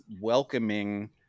welcoming